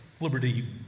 liberty